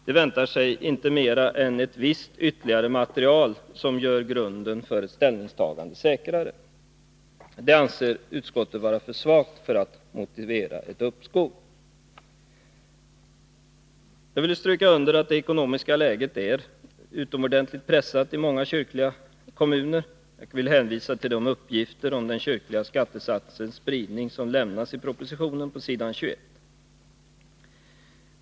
De väntar sig inte mera än ”visst ytterligare material som gör grunden för ställningstagandet säkrare”. Det anser utskottet vara för svagt för att motivera ett uppskov. Jag vill stryka under att det ekonomiska läget är utomordentligt pressat i många kyrkliga kommuner. Jag hänvisar till de uppgifter om den kyrkliga skattesatsens spridning som lämnas på s. 21 i propositionen.